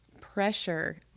pressure